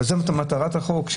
זאת מטרת החוק,